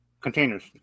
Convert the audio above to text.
Containers